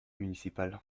municipal